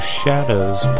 shadows